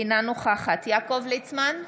אינה נוכחת יעקב ליצמן,